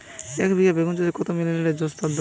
একবিঘা বেগুন চাষে কত মিলি লিটার ওস্তাদ দেবো?